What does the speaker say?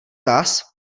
vás